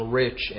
rich